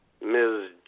Ms